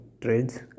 trades